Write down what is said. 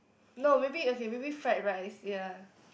no maybe okay maybe fried rice ya